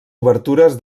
obertures